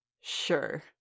Sure